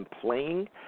playing